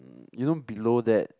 you know below that